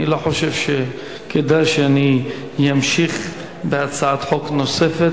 אני לא חושב שכדאי שאני אמשיך בהצעת חוק נוספת,